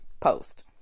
post